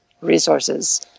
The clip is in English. resources